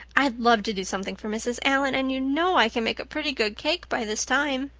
i'd love to do something for mrs. allan, and you know i can make a pretty good cake by this time.